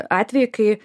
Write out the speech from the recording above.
atvejį kai